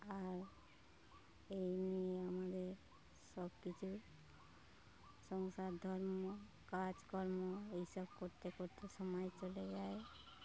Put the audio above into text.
আর এই নিয়ে আমাদের সব কিছু সংসার ধর্ম কাজকর্ম এইসব করতে করতে সময় চলে যায়